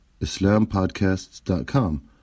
islampodcasts.com